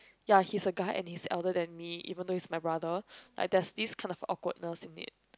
ya he's a guy and he is elder than me even though he is my brother like there's this kind of awkwardness in it